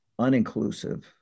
uninclusive